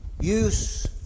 use